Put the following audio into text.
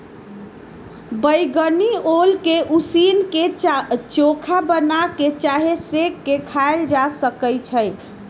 बइगनी ओल के उसीन क, चोखा बना कऽ चाहे सेंक के खायल जा सकइ छै